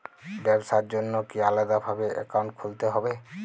ব্যাবসার জন্য কি আলাদা ভাবে অ্যাকাউন্ট খুলতে হবে?